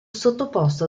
sottoposto